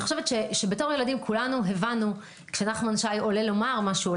כילדים כולנו הבנו כשנחמן שי עולה לומר משהו,